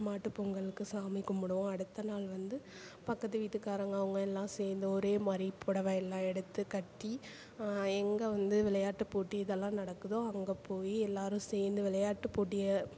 மாட்டுப்பொங்கலுக்கு சாமி கும்பிடுவோம் அடுத்த நாள் வந்து பக்கத்து வீட்டுக்காரங்க அவங்க எல்லாம் சேர்ந்து ஒரே மாதிரி புடவ எல்லாம் எடுத்து கட்டி எங்கே வந்து விளையாட்டு போட்டி இதெல்லாம் நடக்குதோ அங்கே போய் எல்லாரும் சேர்ந்து விளையாட்டு போட்டியை